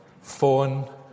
phone